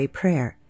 prayer